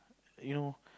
you know